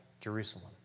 Jerusalem